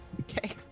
Okay